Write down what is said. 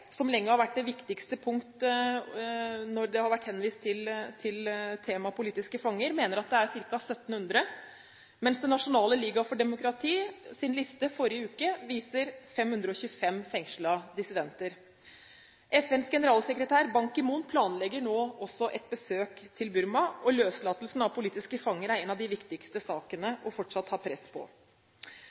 som lenge har vært viktigst når det har vært vist til temaet politiske fanger – mener det er ca. 1 700, mens listen til Den nasjonale liga for demokrati, NLD, forrige uke viste 525 fengslede dissidenter. FNs generalsekretær, Ban Ki-moon, planlegger nå også et besøk til Burma. Løslatelsen av politiske fanger er fortsatt en av de viktigste sakene å ha press på.